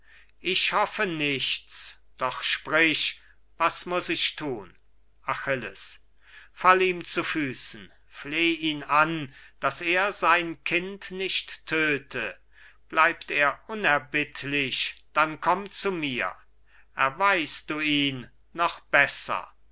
ich hoffe nichts doch sprich was muß ich thun achilles fall ihm zu füßen fleh ihn an daß er sein kind nicht tödte bleibt er unerbittlich dann komm zu mir erweichst du ihn noch besser